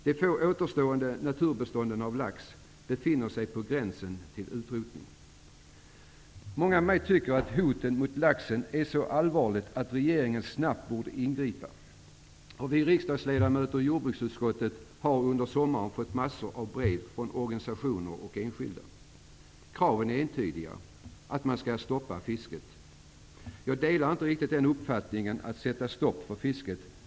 De få återstående naturbestånden av lax befinner sig på gränsen till utrotning. Många med mig tycker att hoten mot laxen är så allvarliga att regeringen snabbt borde ingripa. Vi riksdagsledamöter i jordbruksutskottet har under sommaren fått en mängd brev från organisationer och enskilda. Kraven är entydiga, nämligen att man skall stoppa fisket. Jag delar inte riktigt uppfattningen att man skall sätta stopp för fisket.